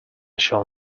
shall